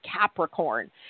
Capricorn